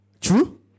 True